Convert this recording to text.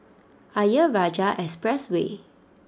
Ayer Rajah Expressway